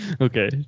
Okay